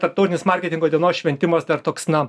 tarptautinis marketingo dienos šventimas tai yra toks na